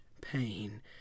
pain